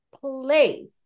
place